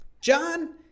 John